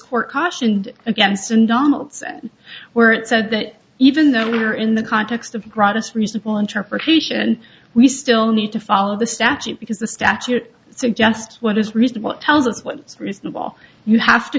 court cautioned against in donaldson where it said that even though we are in the context of gratis reasonable interpretation we still need to follow the statute because the statute suggests what is reasonable tells us what's reasonable you have to